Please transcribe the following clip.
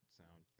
sound